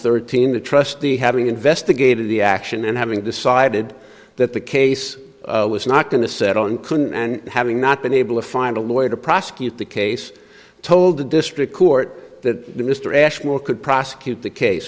thirteen the trustee having investigated the action and having decided that the case was not going to settle on couldn't and having not been able to find a lawyer to prosecute the case told the district court that mr ashmore could prosecute the case